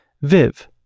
Viv